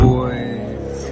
Boys